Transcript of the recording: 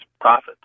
profits